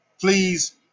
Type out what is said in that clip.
please